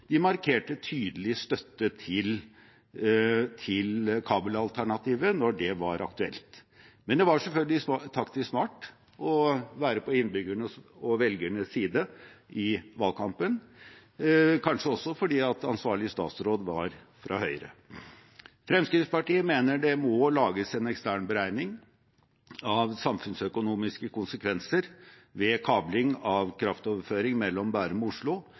markerte tydelig støtte til kabelalternativet når det var aktuelt. Men det var selvfølgelig taktisk smart å være på innbyggernes og velgernes side i valgkampen, kanskje også fordi ansvarlig statsråd var fra Høyre. Fremskrittspartiet mener at det må lages en ekstern beregning av samfunnsøkonomiske konsekvenser ved kabling av kraftoverføring mellom Bærum og Oslo.